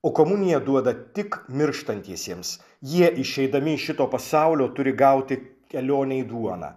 o komuniją duoda tik mirštantiesiems jie išeidami iš šito pasaulio turi gauti kelionei duoną